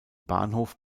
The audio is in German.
bahnhof